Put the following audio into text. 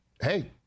Hey